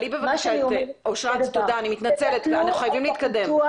הוא בקושי מתמודד עם מה שיש לו.